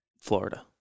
Florida